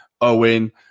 Owen